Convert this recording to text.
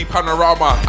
Panorama